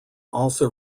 also